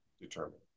determine